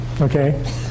Okay